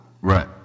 Right